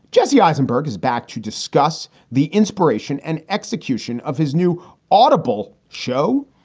jesse eisenberg is back to discuss the inspiration and execution of his new audible show,